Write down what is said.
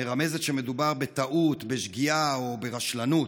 מרמזת שמדובר בטעות, בשגיאה או ברשלנות.